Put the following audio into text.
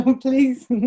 please